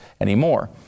anymore